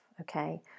okay